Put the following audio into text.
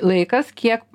laikas kiek